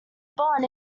born